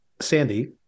Sandy